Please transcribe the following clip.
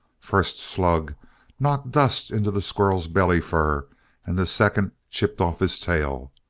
first slug knocked dust into the squirrel's belly-fur and the second chipped off his tail.